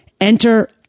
Enter